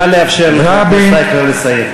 נא לאפשר לחבר הכנסת אייכלר לסיים.